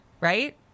right